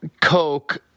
Coke